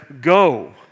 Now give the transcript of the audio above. go